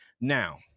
Now